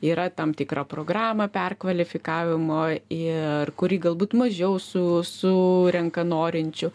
yra tam tikra programa perkvalifikavimo ir kuri galbūt mažiau su su renka norinčių